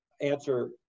answer